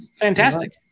Fantastic